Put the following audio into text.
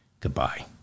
Goodbye